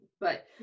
but-